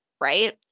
Right